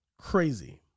Crazy